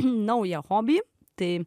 naują hobį tai